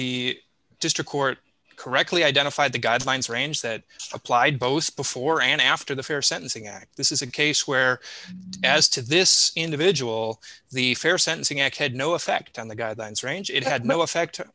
the district court correctly identified the guidelines range that applied both before and after the fair sentencing act this is a case where as to this individual the fair sentencing act had no effect on the guidelines range it had no effect